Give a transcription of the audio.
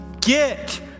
get